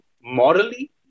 morally